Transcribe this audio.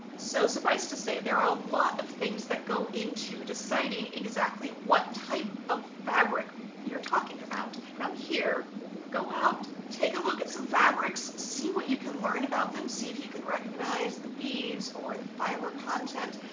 so suffice to say there are a lot of things that go into deciding exactly what type of fabric you're talking about. from here go out, take a look at some fabrics, see what you can learn about them, see if you can recognize the weaves or the fiber content.